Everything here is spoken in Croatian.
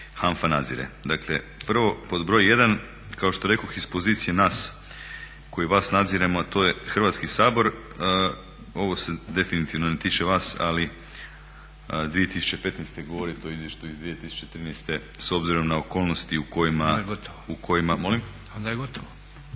HANFA nadzire. Dakle prvo, pod broj 1. kao što rekoh iz pozicije nas koji vas nadziremo a to je Hrvatski sabor, ovo se definitivno ne tiče vas ali 2015. govorit o izvještaju iz 2013. s obzirom na okolnosti u kojima …